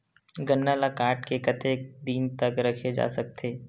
गन्ना ल काट के कतेक दिन तक रखे जा सकथे?